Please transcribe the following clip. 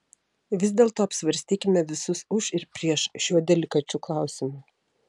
vis dėlto apsvarstykime visus už ir prieš šiuo delikačiu klausimu